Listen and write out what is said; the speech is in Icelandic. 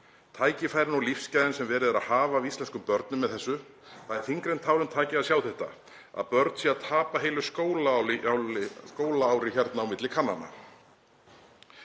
Tækifærin og lífsgæðin sem er verið að hafa af íslenskum börum með þessu. Það er þyngra en tárum taki að sjá þetta, að börn séu að tapa heilu skólaári hérna á milli kannana.“